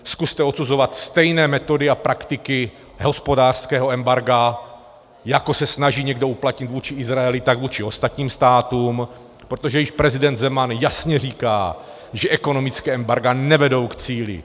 Zkuste odsuzovat stejné metody a praktiky hospodářského embarga, jako se snaží někdo uplatnit vůči Izraeli, tak vůči ostatním státům, protože již prezident Zeman jasně říká, že ekonomická embarga nevedou k cíli.